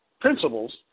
principles